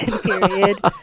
period